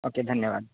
okay دھنیہ واد